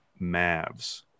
Mavs